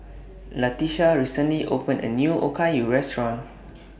Latesha recently opened A New Okayu Restaurant